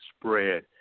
spread